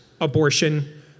abortion